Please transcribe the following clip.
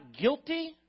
guilty